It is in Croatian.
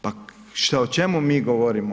Pa šta, o čemu mi govorimo?